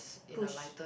push